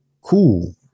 Cool